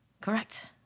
Correct